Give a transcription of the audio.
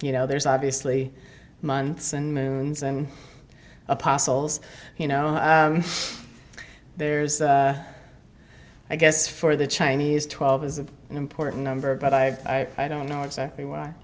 you know there's obviously months and moons and apostles you know there's i guess for the chinese twelve is an important number but i don't know exactly why